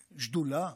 ושדולה,